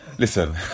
listen